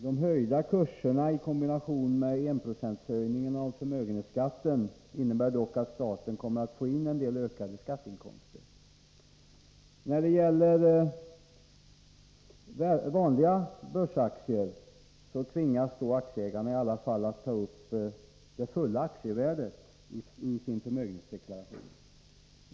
De höjda kurserna i kombination med enprocentshöjningen av förmögenhetsskatten innebär dock att staten kommer att få in en del ökade skatteinkomster. När det gäller vanliga börsaktier tvingas aktieägarna att ta upp det fulla aktievärdet i sin förmögenhetsdeklaration.